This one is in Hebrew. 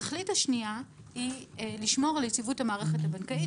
התכלית השנייה היא לשמור על יציבות המערכת הבנקאית.